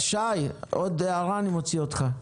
שי, עוד הערה ואני אוציא אותך.